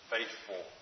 Faithful